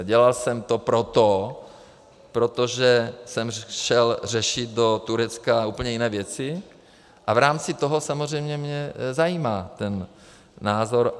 Dělal jsem to proto, protože jsem šel řešit do Turecka úplně jiné věci, a v rámci toho samozřejmě mě zajímá ten názor.